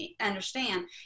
understand